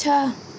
छः